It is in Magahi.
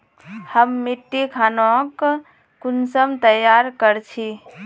हम मिट्टी खानोक कुंसम तैयार कर छी?